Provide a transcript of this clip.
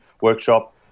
workshop